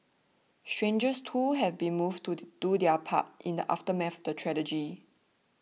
strangers too have been moved to do their part in the aftermath of the tragedy